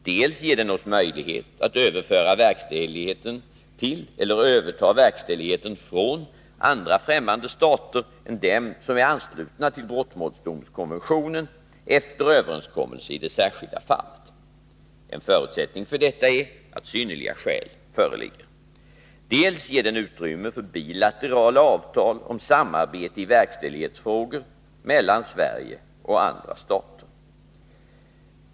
Dels ger den oss möjlighet att överföra verkställigheten till eller överta verkställigheten från andra främmande stater än dem som är anslutna till brottmålsdomskonventionen efter överenskommelse i det särskilda fallet. En förutsättning för detta är att synnerliga skäl föreligger. Dels ger den utrymme för bilaterala avtal om samarbete i verkställighetsfrågor mellan Sverige och andra stater.